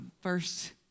first